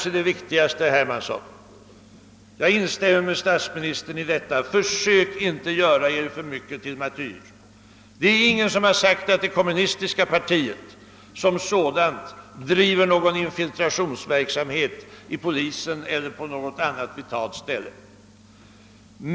Och så det viktigaste, herr Hermansson: Jag instämmer med statsministern när han säger att Ni inte skall försöka göra Er för mycket till martyr. Det är ingen som har sagt att det kommunistiska partiet som sådant driver någon infiltrationsverksamhet när det gäller polisen eller något annat vitalt avsnitt.